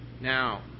Now